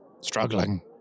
Struggling